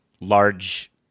large